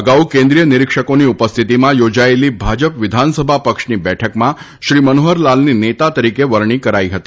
અગાઉ કેન્દ્રિય નિરીક્ષકોની ઉપસ્થિતિમાં યોજાયેલી ભાજપ વિધાનસભા પક્ષની બેઠકમાં શ્રી મનોહરલાલની નેતા તરીકે વરણી કરાઇ હતી